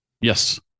Yes